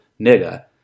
nigga